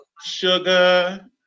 sugar